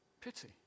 Pity